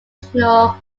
fictional